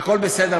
הכול בסדר?